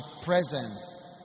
presence